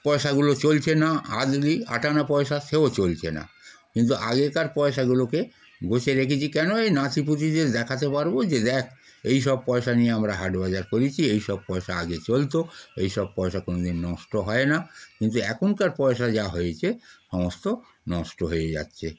পয়সাগুলো চলছে না আধুলি আট আনা পয়সা সেও চলছে না কিন্তু আগেকার পয়সাগুলোকে গুছিয়ে রেখেছি কেন এই নাতি পুতিদের দেখাতে পারব যে দেখ এইসব পয়সা নিয়ে আমরা হাট বাজার করেছি এইসব পয়সা আগে চলত এইসব পয়সা কোনো দিন নষ্ট হয় না কিন্তু এখনকার পয়সা যা হয়েছে সমস্ত নষ্ট হয়ে যাচ্ছে